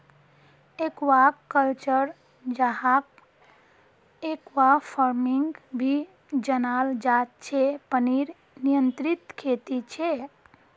aquaculture, जहाक aquafarming भी जनाल जा छे पनीर नियंत्रित खेती छे